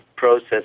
process